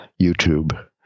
YouTube